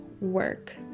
work